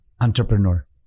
Entrepreneur